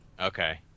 okay